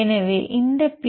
எனவே இந்த பி